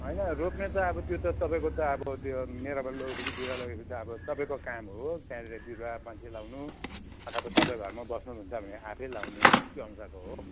होइन रोप्ने त अब त्यो त तपाईँको त अब त्यो मेरोबाट लोगेपछि बिरुवा लोगेपछि त अब तपाईँको काम हो त्यहाँनिर बिरुवा मान्छे लगाउनु अथवा तपाईँ घरमा बस्नुहुन्छ भने आफै लगाउने त्योअनुसारको हो